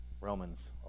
Romans